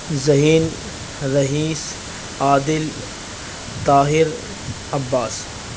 Zaheen Raees Adil Tahir Abbas